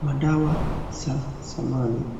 Madawa za zamani